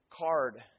card